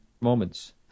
moments